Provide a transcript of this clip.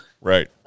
Right